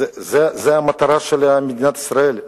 זאת המטרה של מדינת ישראל,